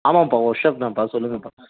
ஆமாம்பா workshop தான்பா சொல்லுங்கபா